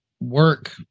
work